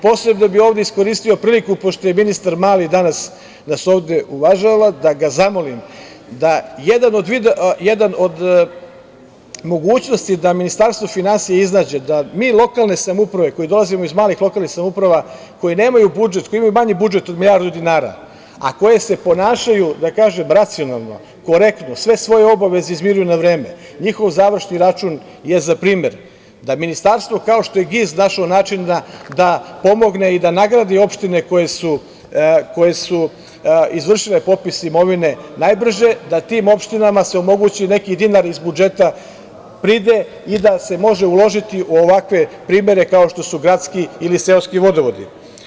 Posebno bih ovde iskoristio priliku, pošto nas ministar Mali danas ovde uvažava, da ga zamolim da jednu od mogućnosti Ministarstvo finansija iznađe, da mi lokalne samouprave koje dolazimo iz malih lokalnih samouprava, koje nemaju budžet, koji imaju manji budžet od milijardu dinara, a koje se ponašaju, da kažem, racionalno, korektno, sve svoje obaveze izmiruju na vreme, njihov završni račun je za primer, da ministarstvo, kao što je GIZ našao načina da pomogne i da nagradi opštine koje su izvršile popis imovine najbrže, da se tim opštinama omogući neki dinar iz budžeta pride i da se može uložiti u ovakve primere, kao što su gradski ili seoski vodovodi.